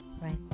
right